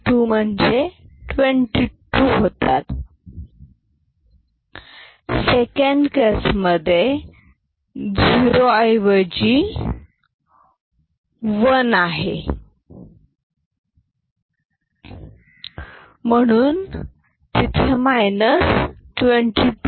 1642 म्हणजे 22 सेकंड केसमध्ये झिरो ऐवजी वन आहे म्हणून 22